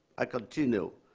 i continue.